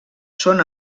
són